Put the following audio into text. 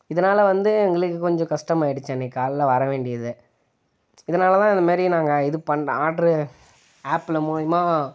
இதனால் வந்து எங்களுக்கு கொஞ்சம் கஷ்டம் ஆகிடுச்சி அன்னைக் காலைல வர வேண்டியது இதனால் தான் இந்தமாதிரி நாங்கள் இது பண் ஆர்ட்ர் ஆப்பில் மூலியமா